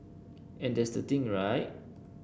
and that's the thing right